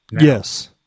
yes